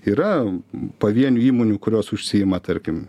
yra pavienių įmonių kurios užsiima tarkim